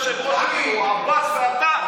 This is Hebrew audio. אני מתכבדת להביא לאישור הכנסת הצעה בדבר הרכב ועדת החוקה,